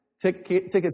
tickets